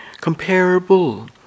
comparable